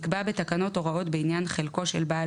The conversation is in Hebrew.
יקבע בתקנות הוראות בעניין חלקו של בעל